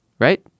right